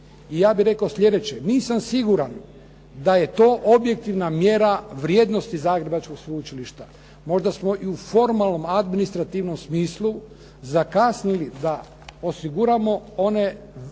I ja bih rekao sljedeće. Nisam siguran da je to objektivna mjera vrijednosti Zagrebačkog Sveučilišta. Možda smo i u formalnom, administrativnom smislu zakasnili da osiguramo one podatke,